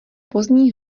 pozdní